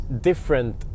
different